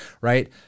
right